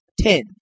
Ten